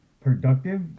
productive